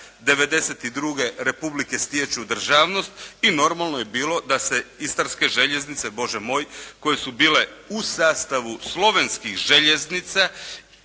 '92. republike stječu državnost i normalno je bilo da se istarske željeznice, Bože moj, koje su bile u sastavu slovenskih željeznica